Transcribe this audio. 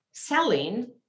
selling